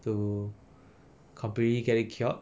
to completely get it cured